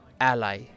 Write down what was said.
ally